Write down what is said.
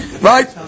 Right